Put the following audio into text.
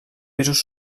pisos